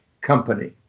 company